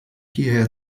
hierher